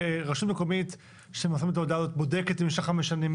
רשות מקומית בודקת אם יש חמש שנים,